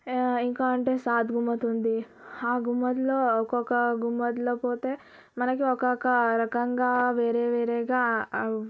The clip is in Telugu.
ఇంకా అంటే సాద్ గుమ్మత్ ఉంది ఆ గుమ్మత్ ఒక్కొక్క గుమ్మత్ పోతే మనకు ఒక్కొక్క రకంగా వేరే వేరేగా